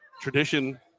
tradition